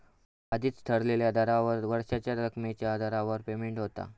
आधीच ठरलेल्या दरावर वर्षाच्या रकमेच्या दरावर पेमेंट होता